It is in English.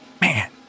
Man